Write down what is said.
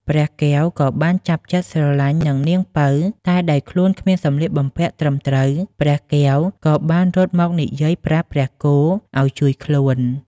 ព្រះកែវក៏បានចាប់ចិត្តស្រឡាញ់នឹងនាងពៅ តែដោយខ្លួនគ្មានសម្លៀកបំពាក់ត្រឹមត្រូវ ព្រះកែវក៏បានរត់មកនិយាយប្រាប់ព្រះគោឲ្យជួយខ្លួន។